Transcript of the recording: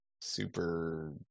super